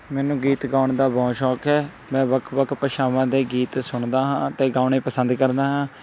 ਮੈਨੂੰ ਗੀਤ ਗਾਉਣ ਦਾ ਬਹੁਤ ਸ਼ੌਂਕ ਹੈ ਮੈਂ ਵੱਖ ਵੱਖ ਭਾਸ਼ਾਵਾਂ ਦੇ ਗੀਤ ਸੁਣਦਾ ਹਾਂ ਅਤੇ ਗਾਉਣੇ ਪਸੰਦ ਕਰਦਾ ਹਾਂ